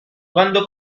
quando